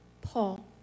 Paul